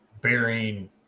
bearing